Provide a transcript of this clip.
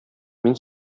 мин